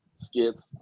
Skits